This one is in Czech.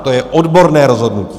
To je odborné rozhodnutí.